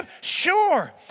Sure